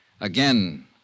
Again